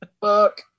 Fuck